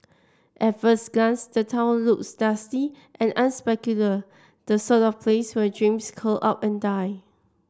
at first glance the town looks dusty and unspectacular the sort of place where dreams curl up and die